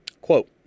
Quote